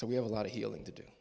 so we have a lot of healing to do